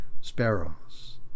sparrows